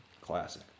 Classic